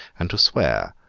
and to swear,